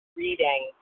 reading